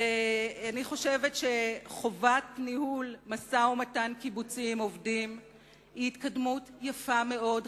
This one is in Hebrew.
אני חושבת שחובת ניהול משא-ומתן קיבוצי עם עובדים היא התקדמות יפה מאוד,